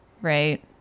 Right